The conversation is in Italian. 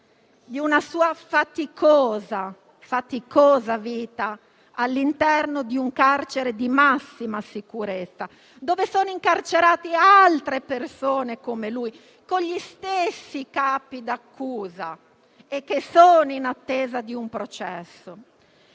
sua vita faticosa all'interno di un carcere di massima sicurezza, dove sono incarcerate altre persone come lui, con gli stessi capi d'accusa, anch'esse in attesa di un processo.